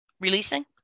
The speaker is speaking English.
releasing